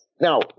Now